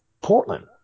Portland